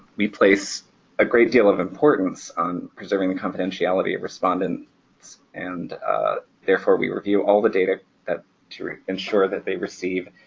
we place a great deal of importance on preserving the confidentiality of respondents and therefore we review all the data to ensure that they receive